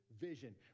vision